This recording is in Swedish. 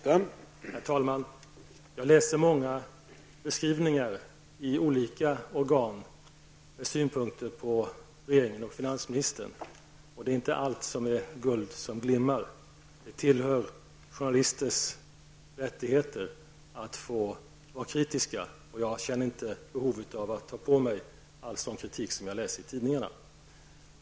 Herr talman! Jag läser många beskrivningar i olika tidskrifter där man presenterar synpunkter på regeringen och finansministern. Det är inte allt som är guld som glimmar. Det tillhör journalisters rättigheter att få vara kritiska, och jag känner inte något behov av att ta på mig all den kritik jag läser i tidningarna.